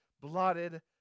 blotted